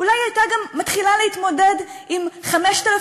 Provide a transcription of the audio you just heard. אולי היא הייתה גם מתחילה להתמודד עם 5,000